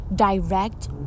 Direct